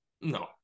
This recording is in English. No